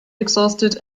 exhausted